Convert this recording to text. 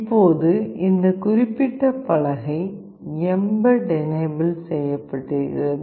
இப்போது இந்த குறிப்பிட்ட பலகை mbed எனேபிள் செய்யப்பட்டிருக்கிறது